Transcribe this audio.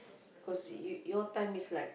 cause you your time is like